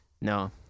No